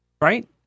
right